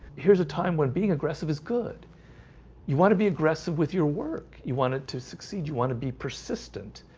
here's a time when being aggressive is good you want to be aggressive with your work? you want it to succeed you want to be persistent?